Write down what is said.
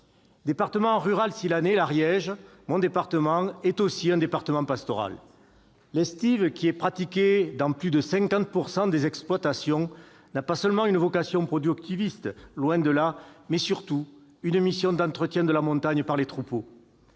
Département rural s'il en est, mon département de l'Ariège est aussi un département pastoral. L'estive qui est pratiquée dans plus de 50 % des exploitations n'a pas seulement une vocation productiviste, loin de là, mais remplit surtout une mission d'entretien de la montagne par les troupeaux.